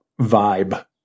vibe